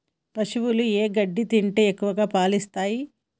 పశువులు ఏ గడ్డి తింటే ఎక్కువ పాలు ఇస్తాయి?